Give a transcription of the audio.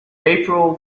april